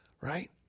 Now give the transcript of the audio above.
right